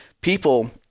people